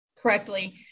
correctly